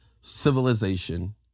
civilization